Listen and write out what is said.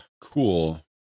cool